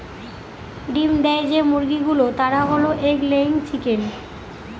ডিম দেয় যে মুরগি গুলো তারা হল এগ লেয়িং চিকেন